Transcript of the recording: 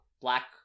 Black